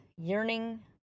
yearning